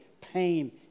pain